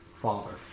father